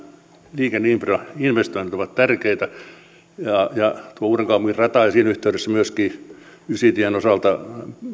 liikenneinfrainvestoinnit ovat tärkeitä uudenkaupungin rata ja siinä yhteydessä myöskin ysitien osalta